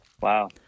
Wow